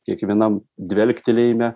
kiekvienam dvelktelėjime